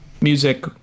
music